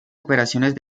operaciones